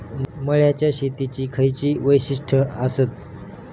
मळ्याच्या शेतीची खयची वैशिष्ठ आसत?